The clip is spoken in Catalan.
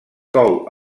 cou